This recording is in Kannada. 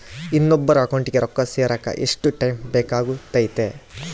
ಇನ್ನೊಬ್ಬರ ಅಕೌಂಟಿಗೆ ರೊಕ್ಕ ಸೇರಕ ಎಷ್ಟು ಟೈಮ್ ಬೇಕಾಗುತೈತಿ?